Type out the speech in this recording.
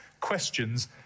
questions